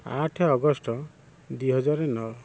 ଆଠ ଅଗଷ୍ଟ ଦୁଇ ହଜାର ନଅ